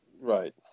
Right